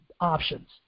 options